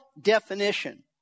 definition